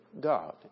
God